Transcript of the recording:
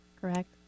correct